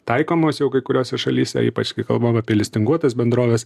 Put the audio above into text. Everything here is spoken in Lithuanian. taikomos jau kai kuriose šalyse ypač kai kalbam apie listinguotas bendroves